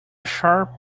sharp